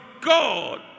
God